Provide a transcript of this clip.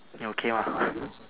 你 okay 吗